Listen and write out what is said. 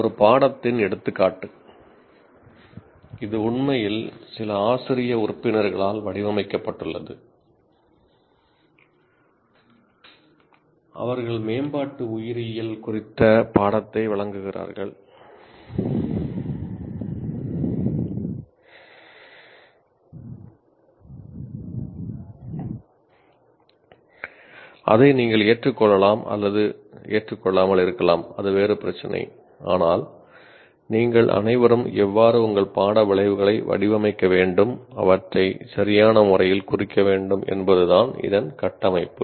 ஒரு பாடத்தின் எடுத்துக்காட்டு இது உண்மையில் சில ஆசிரிய உறுப்பினர்களால் வடிவமைக்கப்பட்டுள்ளது அவர்கள் மேம்பாட்டு உயிரியல் குறித்த பாடத்தை வழங்குகிறார்கள் அதை நீங்கள் ஏற்றுக் கொள்ளலாம் அல்லது கொள்ளாமல் இருக்கலாம் அது வேறு பிரச்சினை ஆனால் நீங்கள் அனைவரும் எவ்வாறு உங்கள் பாட விளைவுகளை வடிவமைக்க வேண்டும் அவற்றை சரியான முறையில் குறிக்க வேண்டும் என்பது தான் இதன் கட்டமைப்பு